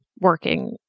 working